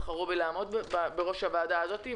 בחרו בי לעמוד בראש הוועדה הזאת.